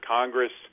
Congress